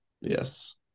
Yes